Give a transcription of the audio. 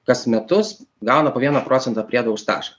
kas metus gauna po vieną procentą priedo už stažą